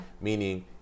Meaning